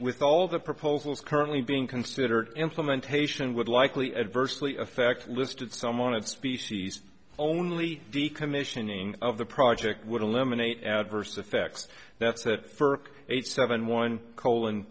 with all the proposals currently being considered implementation would likely adversely affect listed someone of species only decommissioning of the project would eliminate adverse effects that set for eight seven one coal and